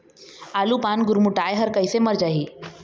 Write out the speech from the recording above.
आलू पान गुरमुटाए हर कइसे मर जाही?